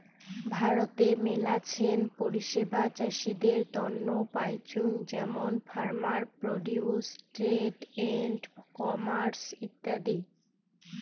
ভারতে মেলাছেন পরিষেবা চাষীদের তন্ন পাইচুঙ যেমন farmer produce trade and commerce ইত্যাদি